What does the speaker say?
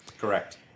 Correct